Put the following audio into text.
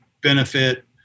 benefit